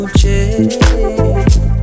change